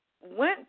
went